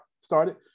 started